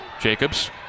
Jacobs